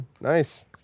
nice